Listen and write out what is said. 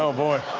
so boy.